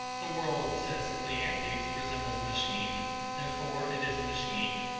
the world, says cleanthes, resembles a machine therefore it is a machine,